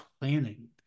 planning